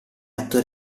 atto